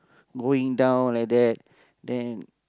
going down like that then